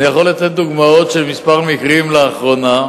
אני יכול לתת דוגמאות של כמה מקרים שהיו לאחרונה.